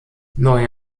neue